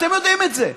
אתם יודעים את זה,